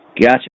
Gotcha